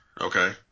okay